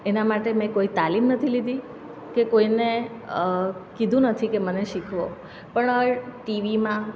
એના માટે મેં કોઈ તાલીમ નથી લીધી કે કોઈને કીધું નથી કે મને શીખવો પણ ટીવીમાં